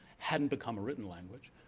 hadn't become a written language.